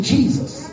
Jesus